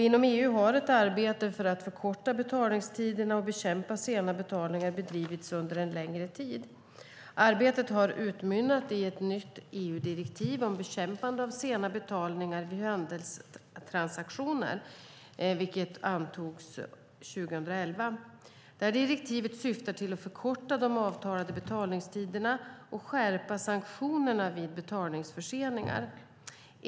Inom EU har ett arbete för att förkorta betalningstiderna och bekämpa sena betalningar bedrivits under en längre tid. Arbetet har utmynnat i ett nytt EU-direktiv om bekämpande av sena betalningar vid handelstransaktioner, vilket antogs 2011. Direktivet syftar till att förkorta de avtalade betalningstiderna och skärpa sanktionerna vid betalningsförseningar.